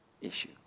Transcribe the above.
issue